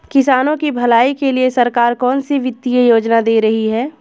किसानों की भलाई के लिए सरकार कौनसी वित्तीय योजना दे रही है?